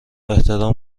احترام